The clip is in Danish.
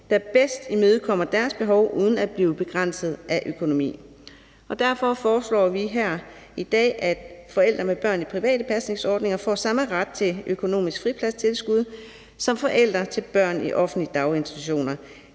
der bedst imødekommer deres behov, uden at blive begrænset af økonomi. Derfor foreslår vi her i dag, at forældre med børn i private pasningsordninger får samme ret til økonomisk fripladstilskud som forældre til børn i offentlige daginstitutioner.